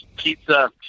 Pizza